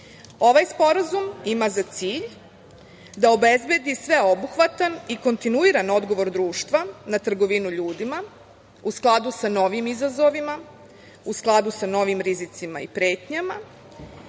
sporazum ima za cilj da obezbedi sveobuhvatan i kontinuiran odgovor društva na trgovinu ljudima u skladu sa novim izazovima, u skladu sa novim rizicima i pretnjama